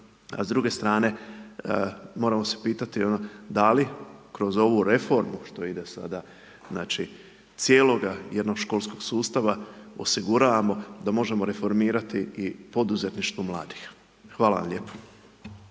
a s druge strane, moramo se pitati, da li kroz ovu reformu, što ide sada cijeloga jednoškolskog sustava, osiguramo da možemo reformirati i poduzetništvo mladih. Hvala vam lijepo.